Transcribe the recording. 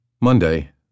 Monday